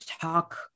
talk